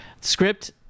script